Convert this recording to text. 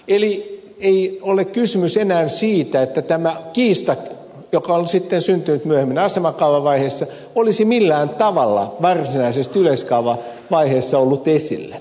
eli ei ole kysymys enää siitä että kiista joka on syntynyt myöhemmin asemakaavavaiheessa olisi millään tavalla varsinaisesti yleiskaavavaiheessa ollut esillä